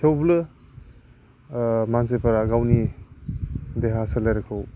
थेवबो मानसिफोरा गावनि देहा सोलेरखौ